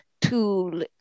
tool